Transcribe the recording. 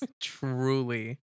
Truly